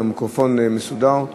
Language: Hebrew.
אם המיקרופון מסודר.